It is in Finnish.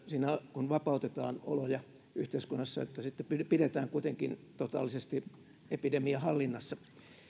kun vapautetaan oloja yhteiskunnassa niin sitten pidetään kuitenkin totaalisesti epidemia hallinnassa